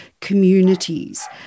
communities